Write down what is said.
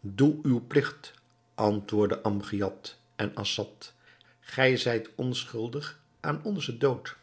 doe uw pligt antwoordden amgiad en assad gij zijt onschuldig aan onzen dood